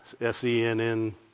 S-E-N-N